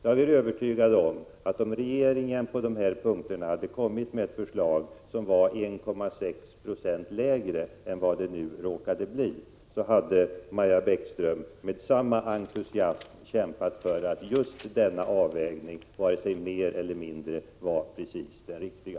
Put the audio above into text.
Jag är övertygad om att om regeringen på dessa punkter hade kommit med förslag som var 1,6 Yo lägre än vad det nu råkat bli, hade Maja Bäckström med samma entusiasm kämpat för att just denna avvägning, varken mer eller mindre, var precis den riktiga.